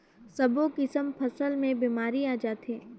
सब्बो किसम फसल मे बेमारी आ जाथे